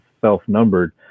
self-numbered